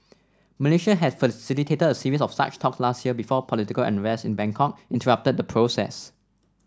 Malaysia has facilitated a series of such talks last year before political unrest in Bangkok interrupted the process